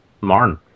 Marn